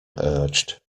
urged